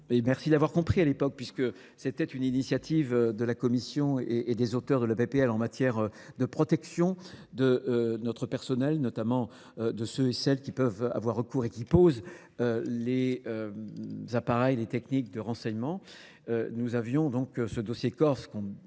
Merci d'avoir compris à l'époque puisque c'était une initiative de la Commission et des auteurs de la BPL en matière de protection de notre personnel, notamment de ceux et celles qui peuvent avoir recours et qui posent les appareils, les techniques de renseignement. Nous avions donc ce dossier Corse qu'on